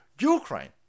Ukraine